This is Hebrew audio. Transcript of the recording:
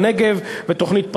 ותוכנית פראוור,